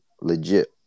legit